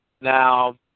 now